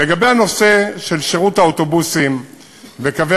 לגבי הנושא של שירות האוטובוסים וקווי